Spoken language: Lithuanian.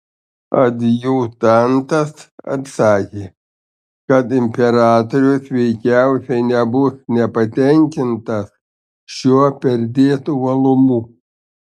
adjutantas atsakė kad imperatorius veikiausiai nebus nepatenkintas šiuo perdėtu uolumu